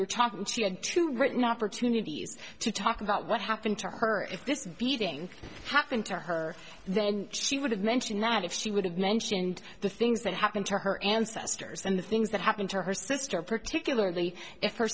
we're talking she had two written opportunities to talk about what happened to her if this beating happened to her then she would have mentioned that if she would have mentioned the things that happened to her ancestors and the things that happened to her sister particularly if her